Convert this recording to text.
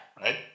Right